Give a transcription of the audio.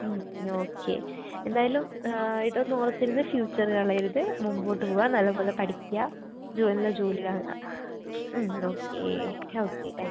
okay എന്തായാലും ഇതൊന്നും ഓർത്തിരുന്ന് ഫ്യൂച്ചർ കളയരുത് മുമ്പോട്ട് പോവുക നല്ലപോലെ പഠിക്കുക ഉയർന്ന ജോലി ആവുക ഓക്കെ ഓക്കെ താങ്ക് യൂ